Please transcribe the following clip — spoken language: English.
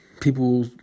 people